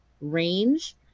range